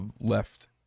left